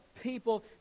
people